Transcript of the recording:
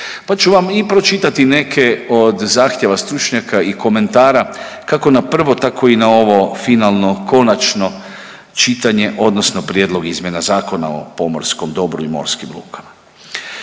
pa ću vam i pročitati neke od zahtjeva stručnjaka i komentara kako na prvo, tako i na ovo finalno, konačno čitanje, odnosno prijedlog izmjena Zakona o pomorskom dobru i morskim lukama.